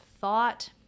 thought